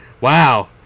Wow